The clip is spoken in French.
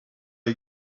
est